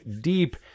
deep